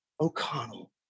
o'connell